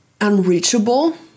unreachable